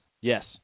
Yes